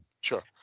Sure